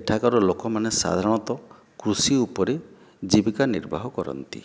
ଏଠାକାର ଲୋକମାନେ ସାଧାରଣତଃ କୃଷି ଉପରେ ଜୀବିକା ନିର୍ବାହ କରନ୍ତି